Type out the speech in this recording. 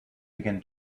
begin